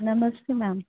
नमस्ते मैम